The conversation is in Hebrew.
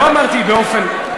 לא אמרתי באופן,